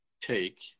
take